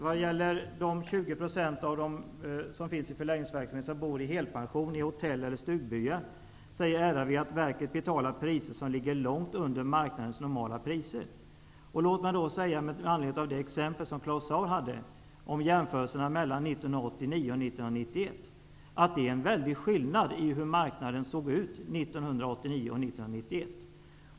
Vad gäller de 20 % med helpension som bor i hotell och stugbyar säger RRV att verket betalar priser som ligger långt under marknadens normala priser. Låt mig säga med anledning av den jämförelse som Claus Zaar gjorde mellan åren 1989 och 1991, att det är en väldig skillnad i hur marknaden såg ut 1989 resp. 1991.